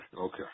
okay